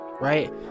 right